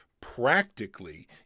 practically